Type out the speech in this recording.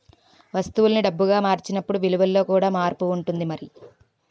వస్తువుల్ని డబ్బుగా మార్చినప్పుడు విలువలో కూడా మార్పు ఉంటుంది మరి